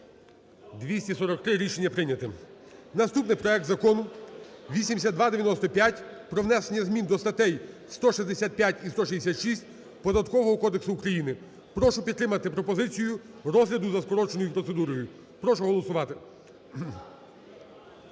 За-243 Рішення прийнято. Наступний проект Закону 8295, про внесення змін до статей 165 і 166 Податкового кодексу України. Прошу підтримати пропозицію розгляду за скороченою процедурою, прошу голосувати.